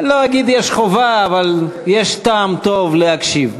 לא אגיד "יש חובה" אבל יש טעם טוב להקשיב.